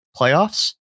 Playoffs